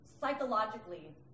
psychologically